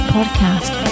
Podcast